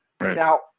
now